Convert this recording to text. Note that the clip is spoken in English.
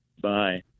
Bye